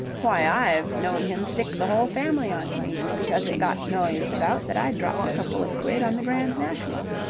why i've known him stick the whole family on to me just because it got noised about that i'd dropped a couple of quid on the grand national.